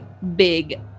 big